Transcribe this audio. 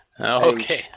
Okay